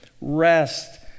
rest